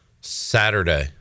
Saturday